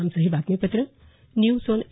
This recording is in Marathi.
आमचं हे बातमीपत्र न्यूज ऑन ए